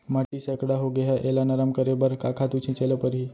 माटी सैकड़ा होगे है एला नरम करे बर का खातू छिंचे ल परहि?